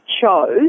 chose